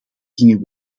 gingen